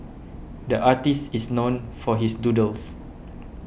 the artist is known for his doodles